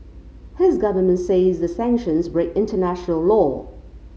his government says the sanctions break international law